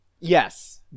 yes